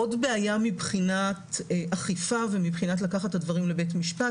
עוד בעיה מבחינת אכיפה ומבחינת לקחת את הדברים לבית משפט